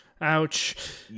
ouch